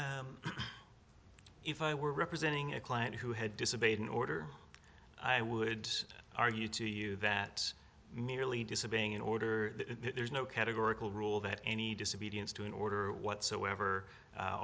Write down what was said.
order if i were representing a client who had disobeyed an order i would argue to you that merely disobeying an order there's no categorical rule that any disobedience to an order whatsoever